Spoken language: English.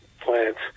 plants